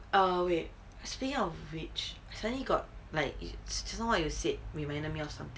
err wait speaking of which suddenly got like just now what you said reminded me of something